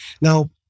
now